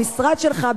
המשרד שלך,